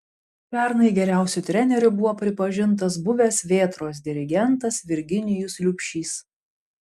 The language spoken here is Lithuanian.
pernai geriausiu treneriu buvo pripažintas buvęs vėtros dirigentas virginijus liubšys